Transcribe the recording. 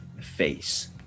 face